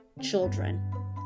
children